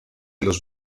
los